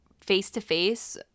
face-to-face